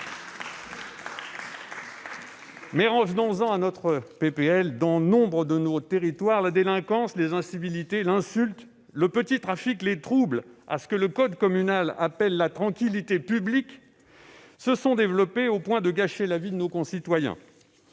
Mais revenons-en à notre proposition de loi. Dans nombre de nos territoires, la délinquance, les incivilités, l'insulte, le petit trafic, les troubles à ce que le code communal appelle la « tranquillité publique » se sont développés au point de gâcher la vie de nos concitoyens.